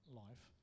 life